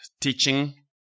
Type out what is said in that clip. teaching